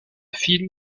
film